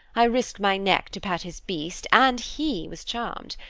i risked my neck to pet his beast, and he was charmed.